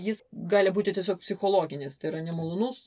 jis gali būti tiesiog psichologinis tai yra nemalonus